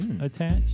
attached